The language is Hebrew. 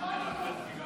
תודה רבה.